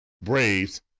Braves